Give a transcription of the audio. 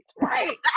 right